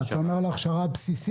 אתה מדבר על הכשרה בסיסית?